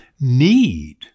need